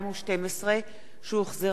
שהחזירה ועדת הכספים.